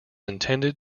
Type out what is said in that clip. intended